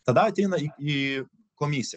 tada ateina i į komisiją